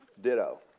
Ditto